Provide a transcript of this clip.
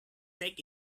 take